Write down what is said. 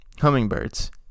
hummingbirds